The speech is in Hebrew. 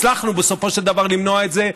הצלחנו בסופו של דבר למנוע את זה,